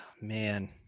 man